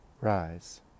rise